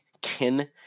kin